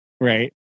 right